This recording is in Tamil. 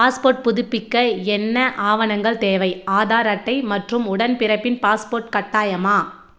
பாஸ்போர்ட் புதுப்பிக்க என்ன ஆவணங்கள் தேவை ஆதார் அட்டை மற்றும் உடன்பிறப்பின் பாஸ்போர்ட் கட்டாயமா